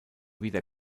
wieder